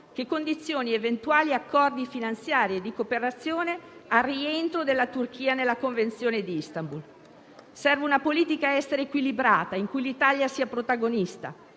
che condizioni eventuali accordi finanziari e di cooperazione al rientro della Turchia nella Convenzione di Istanbul. Serve una politica estera equilibrata, in cui l'Italia sia protagonista,